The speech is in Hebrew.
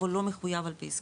אבל הוא לא מחויב על פי הסכם.